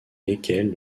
lesquels